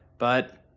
but